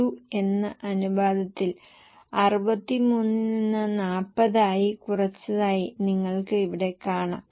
62 എന്ന അനുപാതത്തിൽ 63 ൽ നിന്ന് 40 ആയി കുറച്ചതായി നിങ്ങൾക്ക് ഇവിടെ കാണാം